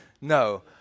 No